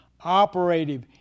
operative